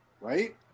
Right